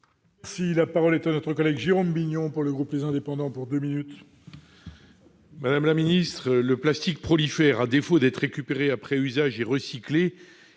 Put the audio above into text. Si la parole est à notre collègue Jérôme Bignon, pour le groupe des indépendants pour 2 minutes. Madame la ministre, le plastique prolifèrent à défaut d'être récupérées après usage recyclé,